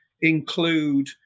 include